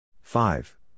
five